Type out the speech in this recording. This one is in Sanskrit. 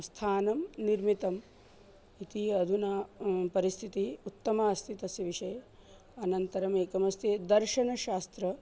स्थानं निर्मितम् इति अधुना परिस्थितिः उत्तमा अस्ति तस्य विषये अनन्तरमेकमस्ति दर्शनशास्त्रम्